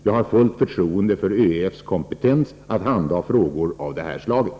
Jag har fullt förtroende för ÖEF:s kompetens att handha frågor av det här slaget.